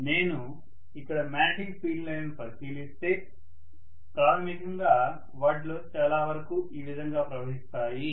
నేను ఇక్కడ magnetic field లైన్లను పరిశీలిస్తే ప్రాథమికంగా వాటిలో చాలా వరకు ఈ విధంగా ప్రవహిస్తాయి